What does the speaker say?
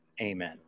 Amen